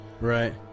Right